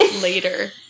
later